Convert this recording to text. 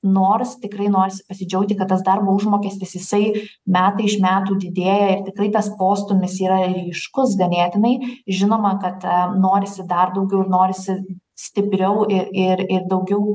nors tikrai norisi pasidžiaugti kad tas darbo užmokestis jisai metai iš metų didėja ir tikrai tas postūmis yra ryškus ganėtinai žinoma kad norisi dar daugiau ir norisi stipriau ir ir ir daugiau